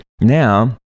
now